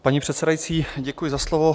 Paní předsedající, děkuji za slovo.